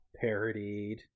parodied